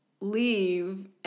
leave